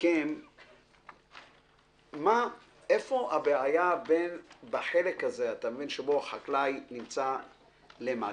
מכם איפה הבעיה בחלק הזה שבו החקלאי נמצא למטה,